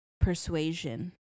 Persuasion